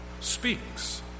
speaks